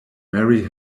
mary